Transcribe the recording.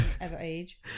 ever-age